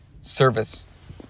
service